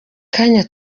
kanya